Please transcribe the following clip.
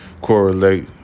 correlate